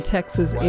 Texas